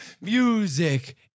music